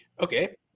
Okay